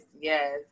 Yes